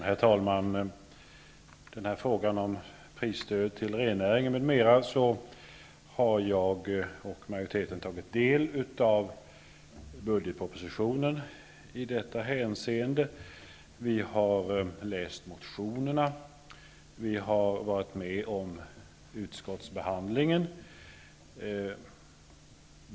Herr talman! Vad gäller frågan om prisstödet till rennäringen m.m. har jag och utskottsmajoriteten tagit del av budgetpropositionen i detta hänseende. Vi har läst motionerna, och vi har varit med om utskottsbehandlingen.